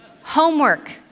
Homework